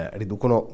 riducono